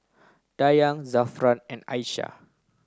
Dayang Zafran and Aisyah